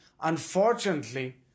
unfortunately